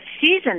season